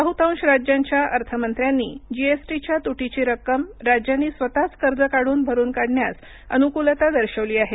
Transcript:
बह्तांश राज्यांच्या अर्थमंत्र्यांनी जीएसटीच्या तुटीची रक्कम राज्यांनी स्वतःच कर्ज काढून भरून काढण्यास अनुकूलता दर्शवली आहे